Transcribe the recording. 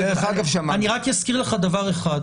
אני רק אזכיר לך דבר אחד,